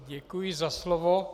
Děkuji za slovo.